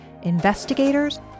investigators